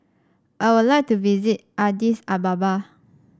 I would like to visit Addis Ababa